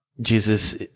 Jesus